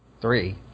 Three